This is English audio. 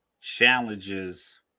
challenges